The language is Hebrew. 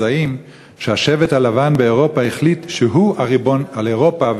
השבט הלבן באירופה החליט שהוא הריבון על אירופה,